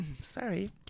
sorry